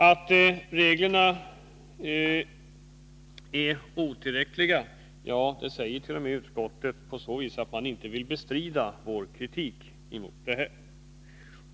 Att reglerna är otillräckliga säger t.o.m. utskottet, på så sätt att man inte vill bestrida vår kritik.